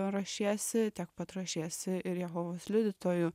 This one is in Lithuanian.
ruošiesi tiek pat ruošiesi ir jehovos liudytojų